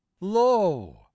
Lo